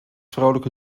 vrolijke